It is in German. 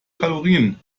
kalorien